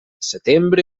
setembre